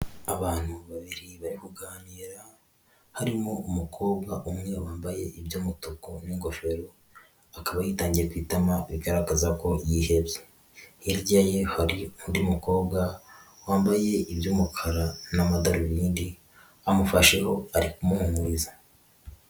Abantu babiri bari kuganira harimo umukobwa umwe wambaye iby'umutuku n'ingofero, akaba yitangiye ku itama bigaragaza ko yihebye, hirya ye hari undi mukobwa wambaye iby'umukara n'amadarubindi amufasheho ari kumuhumuriza.